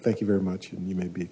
thank you very much and you may be